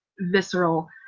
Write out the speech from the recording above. visceral